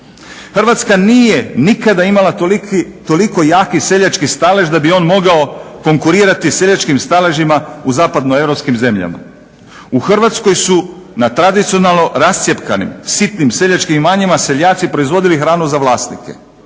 Hrvatska nije imala nikada toliko jaki seljački stalež da bi on mogao konkurirati seljačkim staležima u zapadnoeuropskim zemljama. U Hrvatskoj su na tradicionalno rascjepkanim, sitnim seljačkim imanjima seljaci proizvodili hranu za vlasnike,